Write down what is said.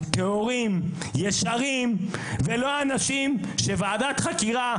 טהורים וישרים; ולא אנשים שוועדת חקירה,